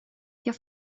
jag